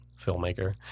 filmmaker